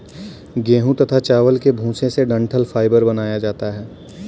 गेहूं तथा चावल के भूसे से डठंल फाइबर बनाया जाता है